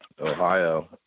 Ohio